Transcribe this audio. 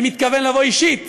אני מתכוון לבוא אישית